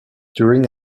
during